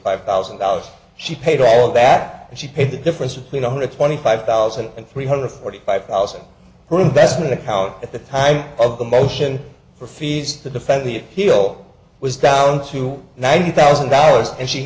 five thousand dollars she paid all of that and she paid the difference between one hundred twenty five thousand and three hundred forty five thousand who invested the power at the time of the motion for feeds to defect the hero was down to ninety thousand dollars and she